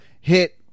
hit